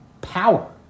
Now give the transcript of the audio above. power